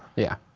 yeah.